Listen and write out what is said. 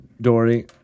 Dory